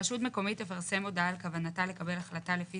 רשות מקומית תפרסם הודעה על כוונתה לקבל החלטה לפי